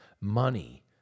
money